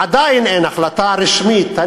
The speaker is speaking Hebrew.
עדיין אין החלטה רשמית,